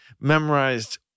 memorized